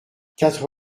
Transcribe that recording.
quatre